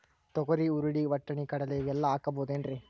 ತೊಗರಿ, ಹುರಳಿ, ವಟ್ಟಣಿ, ಕಡಲಿ ಇವೆಲ್ಲಾ ಹಾಕಬಹುದೇನ್ರಿ?